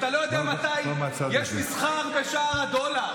אתה לא יודע מתי יש מסחר בשער הדולר.